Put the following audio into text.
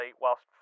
whilst